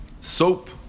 soap